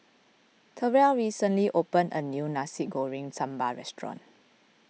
Terrell recently opened a new Nasi Goreng Sambal Restaurant